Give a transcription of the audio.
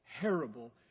terrible